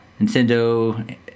Nintendo